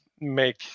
make